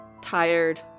tired